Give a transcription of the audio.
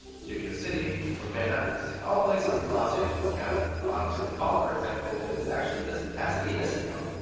studio city, or van nuys, all places in los angeles county. pawnee city hall, for example, is actually just pasadena city hall.